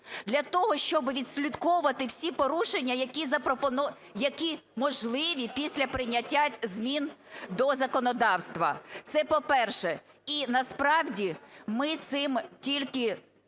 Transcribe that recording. для того, щоб відслідковувати всі порушення, які можливі після прийняття змін до законодавства. Це по-перше. І насправді, ми цим тільки